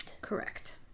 Correct